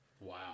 Wow